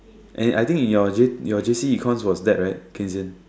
and I think in your J your J_C econs was that right keynesian